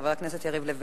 חבר הכנסת יריב לוין,